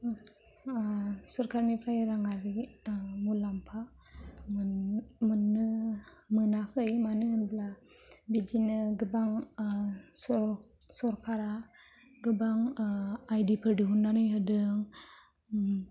सरकारनिफ्राय रांआरि मुलाम्फा मोननो मोनाखै मानो होनोब्ला बिदिनो गोबां सरकारा गोबां आइडि फोर दिहुननानै होदों